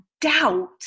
doubt